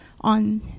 on